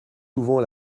souvent